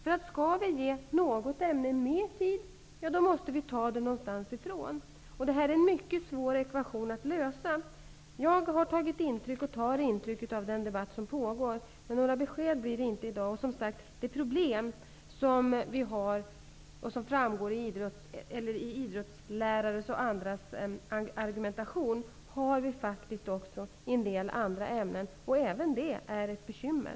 Skall vi ge något ämne mer tid, måste vi ta tiden någonstans ifrån. Det här är en mycket svår ekvation att lösa. Jag har tagit intryck och tar intryck av den debatt som pågår, men några besked blir det inte i dag. Som sagt: Det problem som vi nu diskuterar, och som framkommer i bl.a. idrottslärares argumentation, finns faktiskt också i en del andra ämnen, och även det är ett bekymmer.